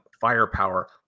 firepower